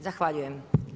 Zahvaljujem.